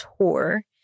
tour